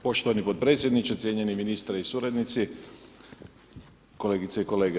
Poštovani podpredsjedniče, cijenjeni ministre i suradnici, kolegice i kolege.